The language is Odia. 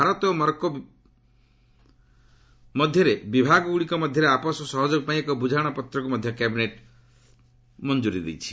ଭାରତ ଓ ମରକ୍କୋ ବିଭାଗ ବିଭାଗଗୁଡ଼ିକ ମଧ୍ୟରେ ଆପୋଷ ସହଯୋଗ ପାଇଁ ଏକ ବୁଝାମଣା ପତ୍ରକୁ ମଧ୍ୟ କ୍ୟାବିନେଟ୍ ମଞ୍ଜରୀ ଦେଇଛି